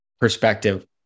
perspective